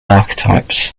archetypes